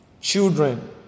Children